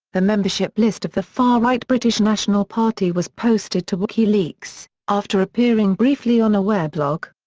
the membership list of the far-right british national party was posted to wikileaks, after appearing briefly on a weblog.